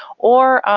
or